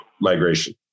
migration